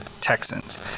Texans